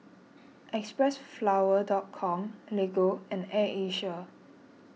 Xpressflower dot com Lego and Air Asia